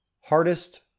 Hardest